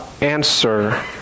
answer